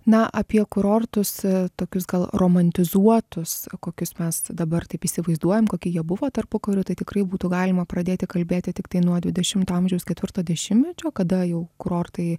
na apie kurortus tokius gal romantizuotus kokius mes dabar taip įsivaizduojam koki jie buvo tarpukariu tai tikrai būtų galima pradėti kalbėti tiktai nuo dvidešimto amžiaus ketvirto dešimtmečio kada jau kurortai